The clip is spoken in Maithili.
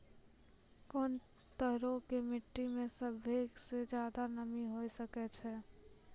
कोन तरहो के मट्टी मे सभ्भे से ज्यादे नमी हुये सकै छै?